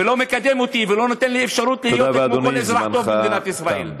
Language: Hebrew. ולא מקדם אותי ולא נותן לי אפשרות להיות כמו כל אזרח טוב במדינת ישראל?